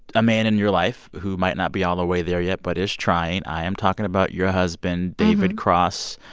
a man in your life who might not be all the way there yet but is trying. i am talking about your husband, david cross.